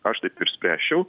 aš taip ir spręsčiau